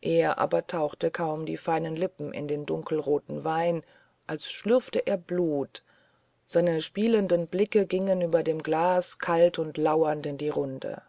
er aber tauchte kaum die feinen lippen in den dunkelroten wein als schlürft er blut seine spielenden blicke gingen über dem glase kalt und lauernd in die runde